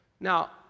Now